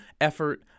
effort